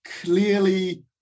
clearly